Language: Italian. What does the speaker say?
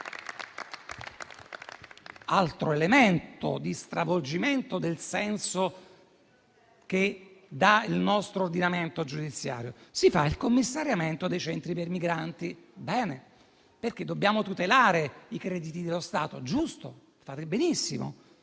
altro stravolgimento del senso che fornisce il nostro ordinamento giudiziario. Si fa il commissariamento dei centri per migranti. Bene, perché dobbiamo tutelare i crediti dello Stato. Giusto, fate benissimo,